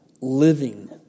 living